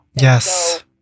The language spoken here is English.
Yes